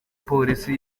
polisi